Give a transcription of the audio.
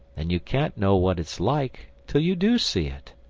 then you can't know what it's like till you do see it.